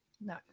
No